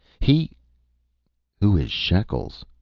he who is shekels?